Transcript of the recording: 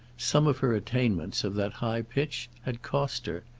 some of her attainments of that high pitch had cost her.